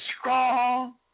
strong